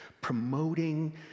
promoting